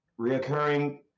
reoccurring